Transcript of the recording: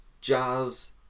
jazz